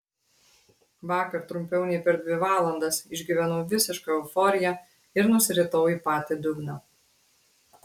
vakar trumpiau nei per dvi valandas išgyvenau visišką euforiją ir nusiritau į patį dugną